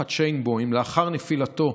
משפחת שיינבוים, לאחר נפילתו,